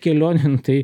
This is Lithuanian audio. kelionėn tai